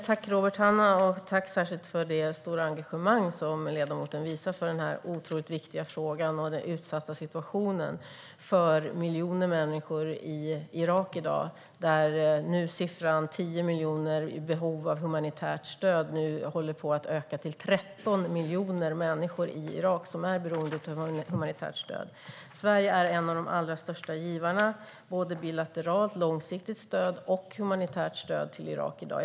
Fru talman! Jag tackar Robert Hannah för det stora engagemang som han visar för denna otroligt viktiga fråga och för den utsatta situation som miljoner människor i Irak i dag befinner sig i. Siffran 10 miljoner människor som är i behov av humanitärt stöd håller på att öka till 13 miljoner människor. Sverige är en av de allra största givarna både av bilateralt långsiktigt stöd och av humanitärt stöd till Irak i dag.